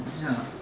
ya